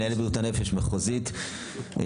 מנהלת בריאות הנפש מחוזית ירושלים,